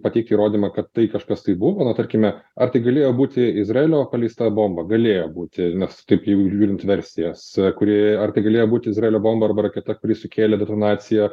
pateikti įrodymą kad tai kažkas tai buvo na tarkime ar tai galėjo būti izraelio paleista bomba galėjo būti nes taip jau žiūrint versijas kurie ar tai galėjo būti izraelio bomba arba raketa kuri sukėlė detonaciją